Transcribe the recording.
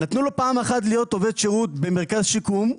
נתנו לו פעם אחת להיות עובד שירות במרכז שיקום,